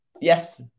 Yes